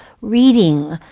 reading